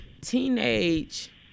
teenage